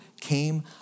came